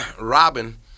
Robin